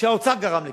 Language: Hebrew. שהאוצר גרם לכך.